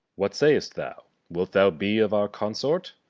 what say'st thou? wilt thou be of our consort?